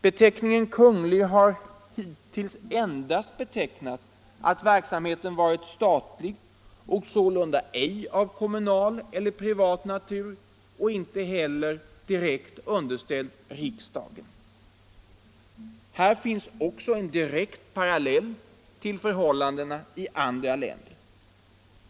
Beteckningen Kunglig har hittills endast angett att verksamheten varit statlig och sålunda ej av kommunal eller privat natur och inte heller direkt underställd riksdagen. Här finns också en direkt parallell till förhållandena i andra länder.